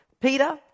Peter